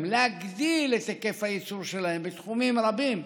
להגדיל את היקף הייצור שלהם בתחומים רבים,